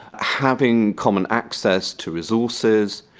having common access to resources,